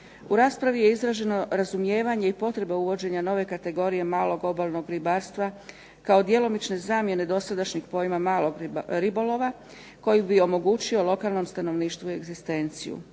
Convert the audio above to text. U raspravi je izraženo razumijevanje i potreba uvođenja nove kategorije malog obalnog ribarstva kao djelomične zamjene dosadašnjeg pojma ribolova koji bi omogućio lokalnom stanovništvu egzistenciju.